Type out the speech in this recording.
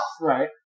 Right